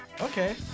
Okay